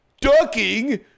ducking